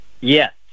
Yes